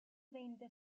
veinte